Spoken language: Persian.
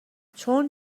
چون